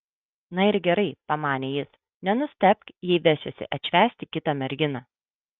na ir gerai pamanė jis nenustebk jei vesiuosi atšvęsti kitą merginą